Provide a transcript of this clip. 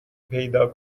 پیدا